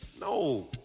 No